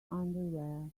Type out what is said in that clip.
underwear